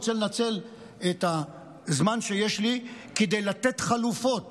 אני רוצה לנצל את הזמן שיש לי כדי לתת חלופות